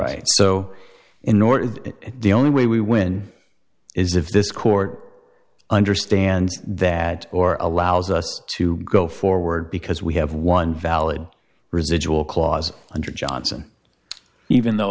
north the only way we win is if this court understands that or allows us to go forward because we have one valid residual clause under johnson even though